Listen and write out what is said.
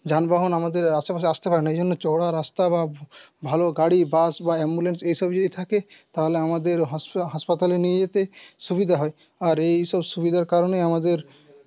যানবাহন আমাদের আশেপাশে আসতে পারে না এইজন্য চওড়া রাস্তা বা ভালো গাড়ি বাস বা অ্যাম্বুলেন্স এসব যদি থাকে তাহলে আমাদের হাস হাসপাতালে নিয়ে যেতে সুবিধা হয় আর এইসব সুবিধার কারণে আমাদের